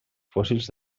fòssils